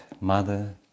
Mother